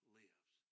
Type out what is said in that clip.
lives